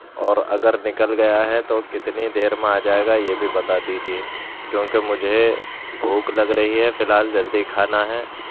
اور اگر نکل گیا ہے تو کتنے دیر میں آ جائے گا یہ بھی بتا دیجیے کیوں کہ مجھے بھوک لگ رہی ہے فی الحال جلدی کھانا ہے